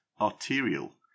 arterial